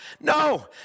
No